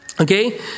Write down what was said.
Okay